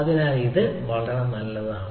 അതിനാൽ ഇത് നല്ലതാണ്